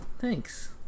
Thanks